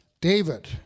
David